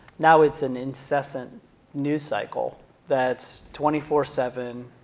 now its an incessant news cycle that's twenty four seven,